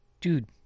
dude